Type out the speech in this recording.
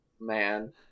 man